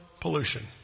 pollution